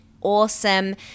Awesome